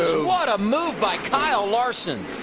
what a move by kyle larson.